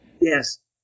yes